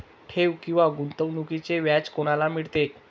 ठेव किंवा गुंतवणूकीचे व्याज कोणाला मिळते?